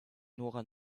nora